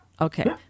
Okay